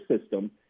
system